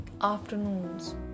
afternoons